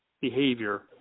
behavior